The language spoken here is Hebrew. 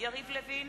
יריב לוין,